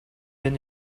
then